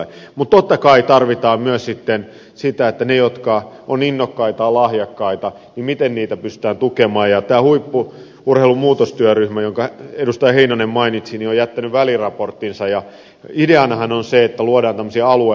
mutta totta kai tarvitaan myös sitten sitä että ne jotka ovat innokkaita ovat lahjakkaita miten heitä pystytään tukemaan ja tämä huippu urheilun muutostyöryhmä jonka edustaja heinonen mainitsi on jättänyt väliraporttinsa ja ideanahan on se että luodaan tämmöisiä alueakatemioita